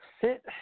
sit